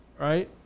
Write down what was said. right